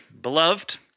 beloved